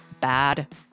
bad